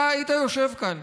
אתה היית יושב כאן.